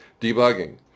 debugging